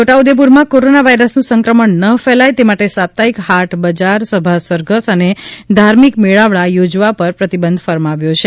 છોટા ઉદેપુરમાં કોરોના વાયરસનું સંક્રમણ ન ફેલાઇ તે માટે સાપ્તાહિક હાટ બજાર સભા સરઘસ અને ધાર્મિક મેળાવળા યોજવા પર પ્રતિબંધ ફરમાવ્યો છે